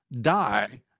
die